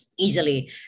easily